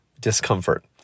discomfort